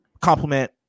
compliment